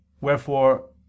wherefore